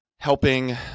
Helping